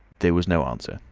there was no answer.